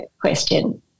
question